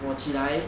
我起来